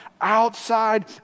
outside